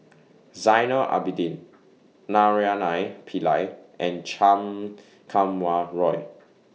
Zainal Abidin Naraina Pillai and Chan Kum Wah Roy